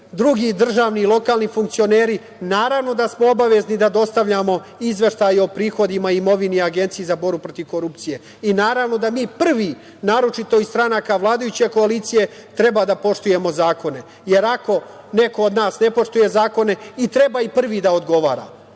drugi državni i lokalni funkcioneri naravno da smo obavezni da dostavljamo izveštaje o prihodima i imovini Agenciji za borbu protiv korupcije. I naravno da mi prvi, naročito iz stranaka vladajuće koalicije, treba da poštujemo zakone. Jer, ako neko od nas ne poštuje zakone, prvi treba i da odgovara. Ali